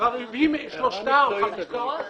בעשרות ומאות מקרים ביום שבהם עוזבים לצרכן את העבודה ואומרים,